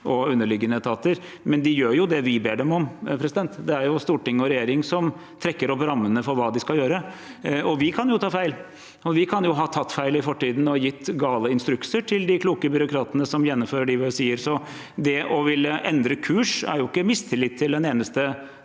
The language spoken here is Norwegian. og underliggende etater, men de gjør det vi ber dem om. Det er storting og regjering som trekker opp rammene for hva de skal gjøre, og vi kan jo ta feil. Vi kan ha tatt feil i fortiden og gitt gale instrukser til de kloke byråkratene som gjennomfører det vi sier. Det å ville endre kurs er ikke mistillit til en eneste